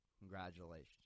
Congratulations